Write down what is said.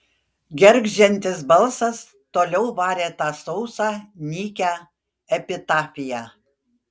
gergždžiantis balsas toliau varė tą sausą nykią epitafiją